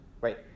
right